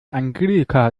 angelika